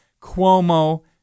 Cuomo